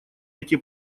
эти